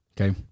okay